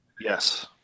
Yes